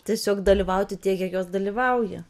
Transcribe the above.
tiesiog dalyvauti tiek kiek jos dalyvauja